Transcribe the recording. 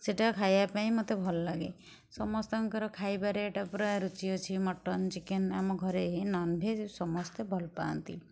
ସେଟା ଖାଇବା ପାଇଁ ମୋତେ ଭଲ ଲାଗେ ସମସ୍ତଙ୍କର ଖାଇବାରେ ଏଟା ପୁରା ରୁଚି ଅଛି ମଟନ୍ ଚିକେନ୍ ଆମ ଘରେ ହିଁ ନନ୍ଭେଜ୍ ସମସ୍ତେ ଭଲ ପାଆନ୍ତି